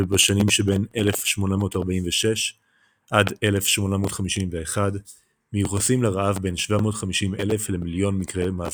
ובשנים שבין 1846–1851 מיוחסים לרעב בין 750 אלף למיליון מקרי מוות.